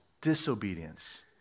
disobedience